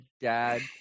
dad